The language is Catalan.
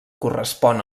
correspon